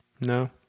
No